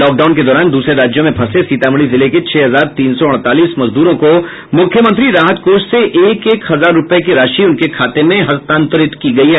lockdown के दौरान दूसरे राज्यों में फंसे सीतामढ़ी जिले के छह हजार तीन सौ अड़तालीस मजदूरों को मुख्यमंत्री राहत कोष से एक एक हजार रुपये की राशि उनके खाते में हस्तांतरित की गई है